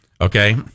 okay